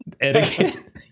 etiquette